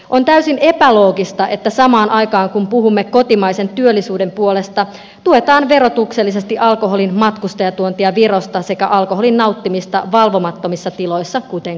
on täysin epäloogista että samaan aikaan kun puhumme kotimaisen työllisyyden puolesta tuetaan verotuksellisesti alkoholin matkustajatuontia virosta sekä alkoholin nauttimista valvomattomissa tiloissa kuten kotona